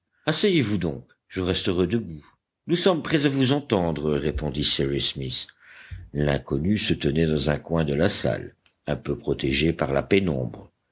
asseyez-vous donc je resterai debout nous sommes prêts à vous entendre répondit cyrus smith l'inconnu se tenait dans un coin de la salle un peu protégé par la pénombre